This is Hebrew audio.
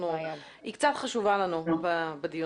שאמרו גם לפניי,